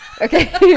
Okay